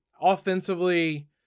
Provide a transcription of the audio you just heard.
Offensively